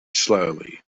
slowly